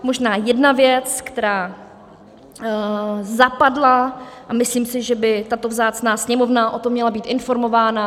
Možná jedna věc, která zapadla, a myslím si, že by tato vzácná Sněmovna o tom měla být informována.